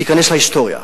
תיכנס להיסטוריה,